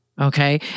Okay